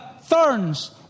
thorns